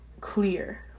clear